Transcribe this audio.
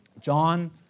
John